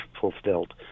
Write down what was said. fulfilled